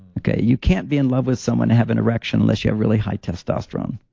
okay, you can't be in love with someone who have an erection unless you have really high testosterone.